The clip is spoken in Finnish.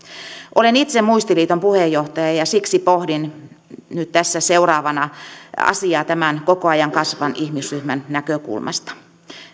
olen itse muistiliiton puheenjohtaja ja ja siksi pohdin asiaa nyt tässä seuraavana tämän koko ajan kasvavan ihmisryhmän näkökulmasta